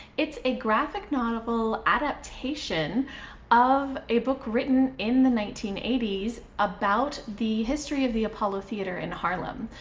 it's a graphic novel adaptation of a book written in the nineteen eighty s about the history of the apollo theater in harlem.